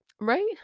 Right